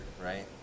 right